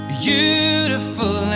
beautiful